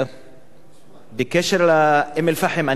בקשר לאום-אל-פחם,